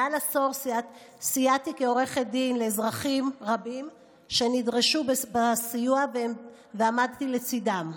מעל עשור סייעתי כעורכת דין לאזרחים רבים שנדרשו לסיוע ועמדתי לצידם.